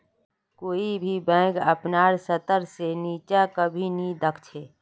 कोई भी बैंक अपनार स्तर से नीचा कभी नी दख छे